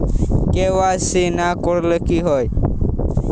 KYC না করলে কি হয়?